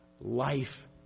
life